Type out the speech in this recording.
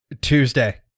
Tuesday